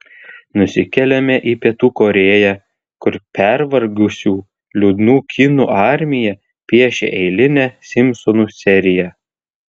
nusikeliame į pietų korėją kur pervargusių liūdnų kinų armija piešia eilinę simpsonų seriją